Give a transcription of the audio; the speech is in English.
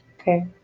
Okay